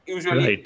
Usually